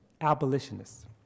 abolitionists